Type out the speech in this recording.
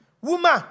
Woman